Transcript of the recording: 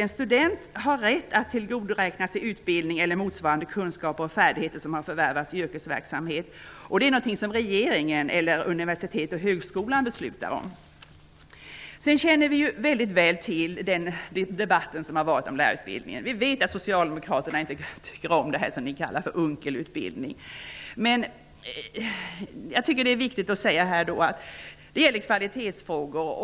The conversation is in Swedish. en student rätt att tillgodoräkna sig utbildning eller motsvarande kunskaper och färdigheter som har förvärvats i yrkesverksamhet. Detta är något som regeringen eller Universitets och högskoleämbetet beslutar om. Vi känner väl till den debatt som har varit om lärarutbildningen. Vi vet att socialdemokraterna inte tycker om det som vi kallar för Unckelutbildning. Men det känns viktigt att få säga att det gäller kvalitetsfrågor.